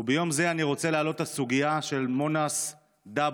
ביום זה אני רוצה להעלות את הסוגיה של מוֹאַנָס דַּבּוּר,